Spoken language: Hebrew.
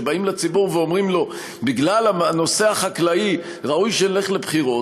כשבאים לציבור ואומרים לו: בגלל הנושא החקלאי ראוי שנלך לבחירות,